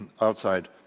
outside